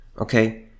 okay